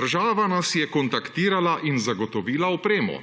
»Država nas je kontaktirala in zagotovila opremo.